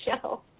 show